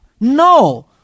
No